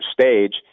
stage